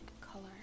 color